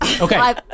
Okay